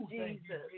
Jesus